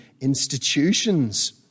institutions